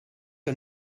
que